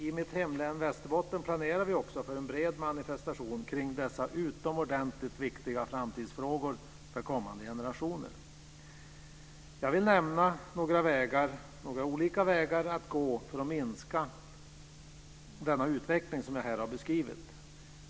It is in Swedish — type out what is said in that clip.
I mitt hemlän Västerbotten planerar vi också för en bred manifestation kring dessa utomordentligt viktiga framtidsfrågor för kommande generationer. Jag vill nämna några olika vägar att gå för att hejda den utveckling som jag här har beskrivit.